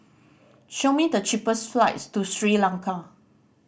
show me the cheapest flights to Sri Lanka